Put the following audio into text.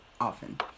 often